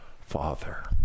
Father